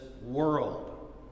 world